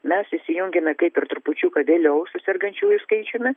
mes įsijungėme kaip ir trupučiuką vėliau su sergančiųjų skaičiumi